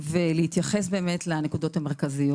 ולהתייחס לנקודות המרכזיות.